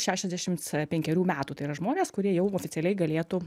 šešiasdešimts penkerių metų tai yra žmonės kurie jau oficialiai galėtų